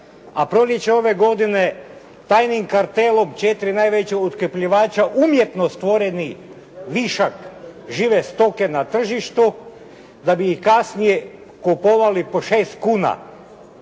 a proljeće ove godine tajnim kartelom 4 najveća otkupljivača umjetno stvorenih, višak žive stoke na tržištu da bi ih kasnije kupovali po 6 kuna